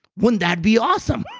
wouldn't that be awesome?